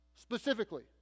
specifically